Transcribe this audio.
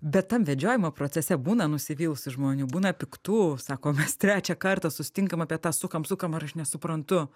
bet tam vedžiojimo procese būna nusivylusių žmonių būna piktų sako mes trečią kartą susitinkam apie tą sukam sukam ar aš nesuprantu